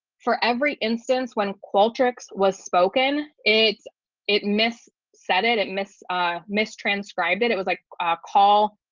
for every instance when culture x was spoken, it's it miss set it it miss miss transcribed it, it was like call.